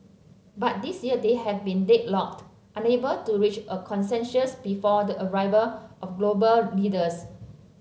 but this year they have been deadlocked unable to reach a consensus before the arrival of global leaders